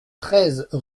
treize